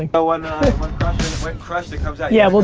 and oh, and when crushed it comes out yeah,